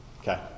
Okay